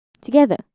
Together